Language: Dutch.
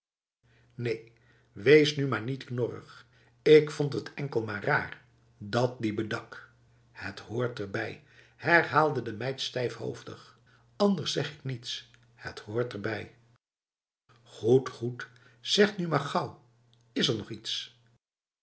neen wees nu maar niet knorrig ik vond het enkel maar raar dat die bedak het hoort erbij herhaalde de meid stijfhoofdig anders zeg ik niets het hoort erbij goed goeaj zeg nu maar gauw is er nog iets